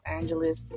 Angeles